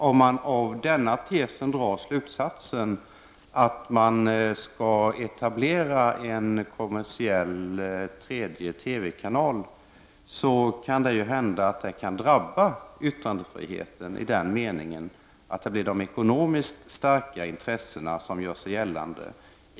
Om man av hennes tes drar slutsatsen att man skall etablera en kommersiell tredje TV-kanal, så kan det hända att yttrandefriheten drabbas i den meningen att det blir de ekonomiskt starka intressena som gör sig gällande.